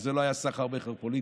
וזה לא היה סחר-מכר פוליטי,